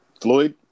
Floyd